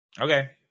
okay